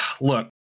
look